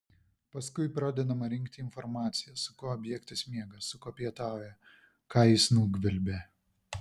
paskui pradedama rinkti informacija su kuo objektas miega su kuo pietauja ką jis nugvelbė